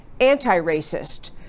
anti-racist